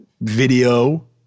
video